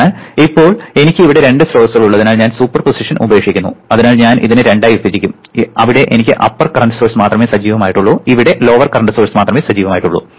അതിനാൽ ഇപ്പോൾ എനിക്ക് ഇവിടെ രണ്ട് സ്രോതസ്സുകൾ ഉള്ളതിനാൽ ഞാൻ സൂപ്പർ പൊസിഷൻ ഉപേക്ഷിക്കുന്നു അതിനാൽ ഞാൻ ഇതിനെ രണ്ടായി വിഭജിക്കും അവിടെ എനിക്ക് അപ്പർ കറന്റ് സോഴ്സ് മാത്രമേ അവിടെ സജീവമായിട്ടുള്ളൂ അവിടെ ലോവർ കറന്റ് സോഴ്സ് മാത്രമേ സജീവമായിട്ടുള്ളൂ